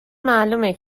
معلومه